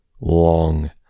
LONG